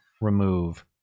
remove